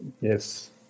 yes